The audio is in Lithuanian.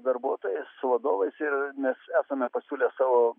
darbuotojais su vadovais ir mes esame pasiūlę savo